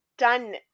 done